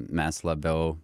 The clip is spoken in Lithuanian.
mes labiau